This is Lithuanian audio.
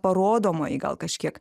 parodomąjį gal kažkiek